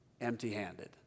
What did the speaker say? empty-handed